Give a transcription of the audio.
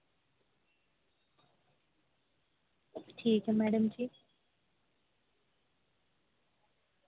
ठीक ऐ मैडम जी